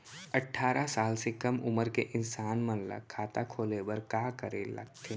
अट्ठारह साल से कम उमर के इंसान मन ला खाता खोले बर का करे ला लगथे?